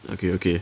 okay okay